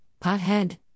pothead